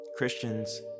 Christians